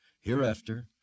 Hereafter